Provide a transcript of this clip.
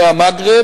מהמגרב